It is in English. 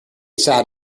sat